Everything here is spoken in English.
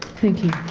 thank you.